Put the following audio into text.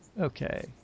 Okay